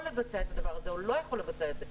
לבצע את הדבר הזה או לא יכול לבצע את זה.